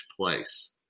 place